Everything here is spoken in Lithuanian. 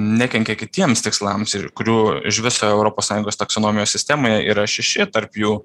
nekenkia kitiems tikslams ir kurių iš viso europos sąjungos taksonomijos sistemoje yra šeši tarp jų